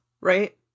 right